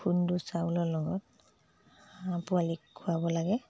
খুন্দু চাউলৰ লগত হাঁহ পোৱালিক খোৱাব লাগে